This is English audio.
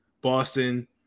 Boston